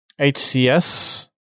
HCS